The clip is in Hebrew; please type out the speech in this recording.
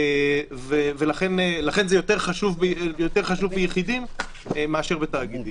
לכן, זה יותר חשוב ביחידים מאשר בתאגידים.